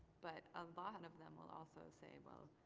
but a lot of them will also say well,